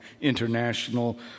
International